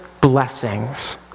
blessings